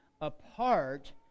apart